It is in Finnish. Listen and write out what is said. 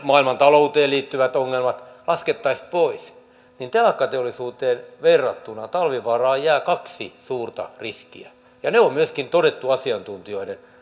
maailmantalouteen liittyvät ongelmat laskettaisiin pois niin telakkateollisuuteen verrattuna talvivaaraan jää kaksi suurta riskiä ja ne on myöskin todettu asiantuntijoiden